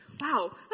wow